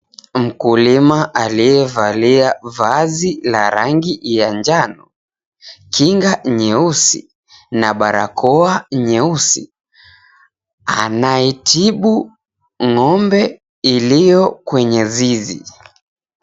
Mkulima aliyevalia vazi la rangi ya njano, kinga nyeusi na barakoa nyeusi anaitibu ng'ombe iliyo kwenye zizi.